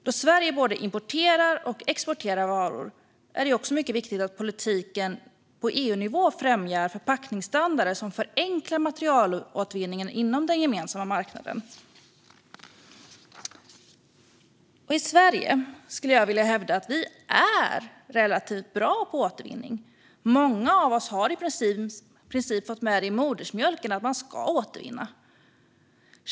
Då Sverige både importerar och exporterar varor är det också mycket viktigt att politiken på EU-nivå främjar förpackningsstandarder som förenklar materialåtervinning inom den gemensamma marknaden. I Sverige är vi relativt bra på återvinning, vill jag hävda. Många av oss har i princip fått med modersmjölken att man ska återvinna.